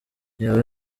yaba